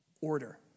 order